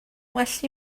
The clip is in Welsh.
well